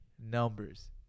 Numbers